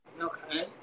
Okay